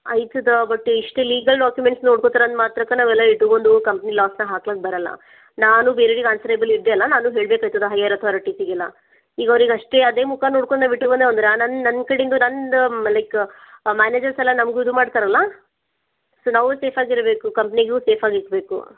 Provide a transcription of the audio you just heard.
ಆಗ್ತದ ಬಟ್ ಇಷ್ಟು legal documents ನೋಡ್ಕೋತೀರ ಅಂದ ಮಾತ್ರಕ್ಕೆ ನಾವೆಲ್ಲ ಇಟ್ಟುಕೊಂಡು ಕಂಪ್ನಿ ಲಾಸ್ಗೆ ಹಾಕ್ಲಾಕ ಬರೋಲ್ಲ ನಾನೂ ಬೇರೆಯವ್ರಿಗೆ ಆನ್ಸರೇಬಲ್ ಇದ್ದೆ ಅಲ್ಲ ನಾನೂ ಹೇಳ್ಬೇಕಾಗ್ತದ ಹೈಯರ್ ಅಥಾರಿಟೀಸ್ಗೆಲ್ಲಾ ಈಗ ಅವರಿಗೆ ಅಷ್ಟೆ ಅದೇ ಮುಖ ನೋಡಿಕೊಂಡು ಬಿಟ್ಟೆವು ಅಂದರೆ ನಾನು ನನ್ನ ಕಡೇದು ನಂದು ಲೈಕ್ ಮ್ಯಾನೇಜರ್ಸ್ ಎಲ್ಲ ನಮಗು ಇದು ಮಾಡ್ತಾರಲ್ಲ ಸೋ ನಾವೂ ಸೇಫ್ ಆಗಿರಬೇಕು ಕಂಪ್ನೀಗೂ ಸೇಫ್ ಆಗಿ ಇಡಬೇಕು